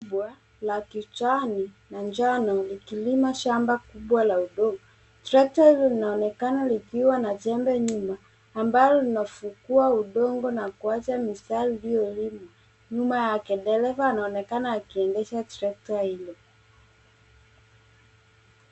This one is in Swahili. Kubwa la kijani na njano likilima shamba kubwa la udongo. Trekta hilo linaonekana likiwa na jembe nyuma ambalo linafukuwa udongo na kuacha mistari iliyolimwa. Nyuma yake, dereva anaonekana akiendesha trekta hilo.